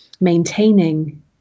maintaining